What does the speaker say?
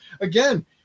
again